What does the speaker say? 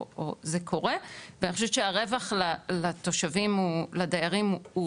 או זה קורה ואני חושבת שהרווח לדיירים הוא עצום.